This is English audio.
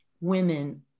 women